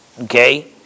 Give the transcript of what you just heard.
Okay